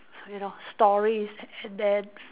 you know stories and and then